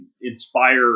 inspire